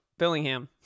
Billingham